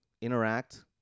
interact